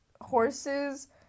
Horses